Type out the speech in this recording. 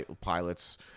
pilots